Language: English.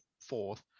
fourth